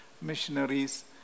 missionaries